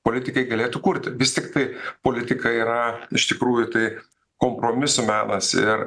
politikai galėtų kurti vis tiktai politika yra iš tikrųjų tai kompromisų menas ir